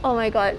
oh my god